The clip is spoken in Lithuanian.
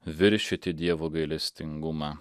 viršyti dievo gailestingumą